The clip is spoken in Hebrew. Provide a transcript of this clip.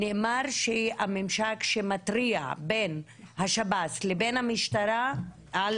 נאמר שהממשק שמתריע בין השב"ס לבין המשטרה על